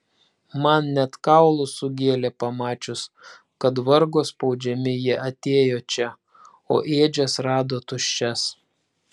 man net kaulus sugėlė pamačius kad vargo spaudžiami jie atėjo čia o ėdžias rado tuščias